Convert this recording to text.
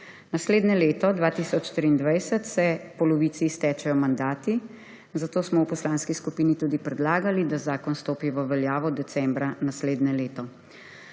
Naslednje leto 2023 se polovici iztečejo mandati, zato smo v poslanski skupini tudi predlagali, da zakon stopi v veljavo decembra naslednje leto.